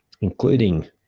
including